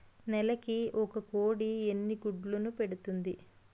నెలకి ఒక కోడి ఎన్ని గుడ్లను పెడుతుంది?